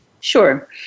Sure